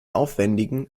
aufwändigen